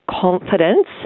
confidence